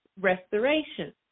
restoration